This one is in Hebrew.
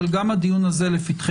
אבל גם הדיון הזה לפתחנו.